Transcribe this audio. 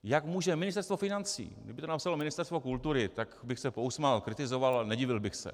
Jak může Ministerstvo financí kdyby to napsalo Ministerstvo kultury, tak bych se pousmál, kritizoval a nedivil bych se.